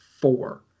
four